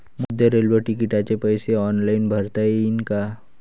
मले रेल्वे तिकिटाचे पैसे ऑनलाईन भरता येईन का?